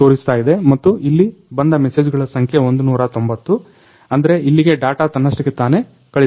ಇದು ತೋರಿಸ್ತಾಯಿದೆ ಮತ್ತು ಇಲ್ಲಿ ಬಂದ ಮೆಸೇಜುಗಳ ಸಂಖ್ಯೆ 190 ಅಂದ್ರೆ ಇಲ್ಲಿಗೆ ಡಾಟ ತನ್ನಷ್ಟಕ್ಕೆ ತಾನೆ ಕಳುಹಿಸಲಾಗುತ್ತದೆ